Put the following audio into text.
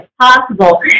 possible